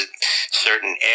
certain